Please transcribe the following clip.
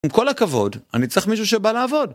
עם כל הכבוד, אני צריך מישהו שבא לעבוד.